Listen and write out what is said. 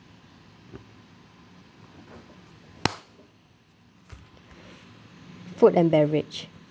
food and beverage